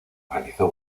realizó